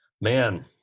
man